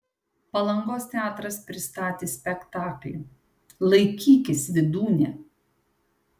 palangos teatras pristatė spektaklį laikykis vydūne